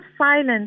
silence